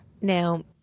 Now